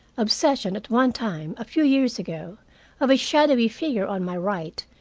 obsession at one time a few years ago of a shadowy figure on my right,